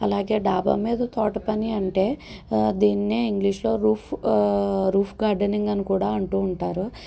అలాగే డాబామీద తోటపని అంటే దీన్నే ఇంగ్లీషులో రూఫ్ రూఫ్ గార్డెనింగ్ అని కూడా అంటూ ఉంటారు